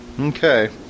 Okay